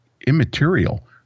immaterial